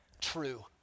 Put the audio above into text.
true